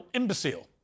imbecile